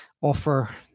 offer